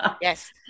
yes